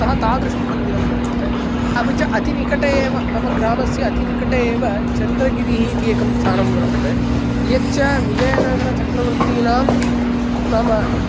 अतः तादृशं मन्दिरं वर्तते अपि च अतिनिकटे एव मम ग्रामस्य अतिनिकटे एव चन्द्रगिरिः इति एकं स्थानं वर्तते यच्च विजयनगरचक्रवर्तीनां नाम